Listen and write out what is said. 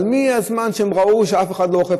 אבל מהזמן שהם ראו שאף אחד לא אוכף,